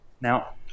Now